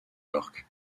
york